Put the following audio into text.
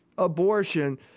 Abortion